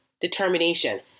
determination